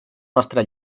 nostre